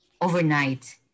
overnight